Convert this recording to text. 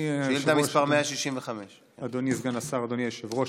שאילתה מס' 165. אדוני סגן השר, אדוני היושב-ראש,